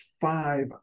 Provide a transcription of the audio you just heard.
five